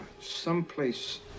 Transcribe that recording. someplace